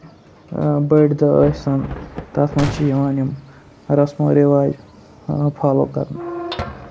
بٔڑۍ دۄہ ٲسۍ تن تَتھ منٛز چھُ یِوان یِم رَسمو ریواج فالو کَرنہٕ